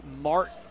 Martin